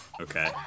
Okay